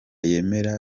yemera